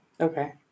okay